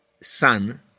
son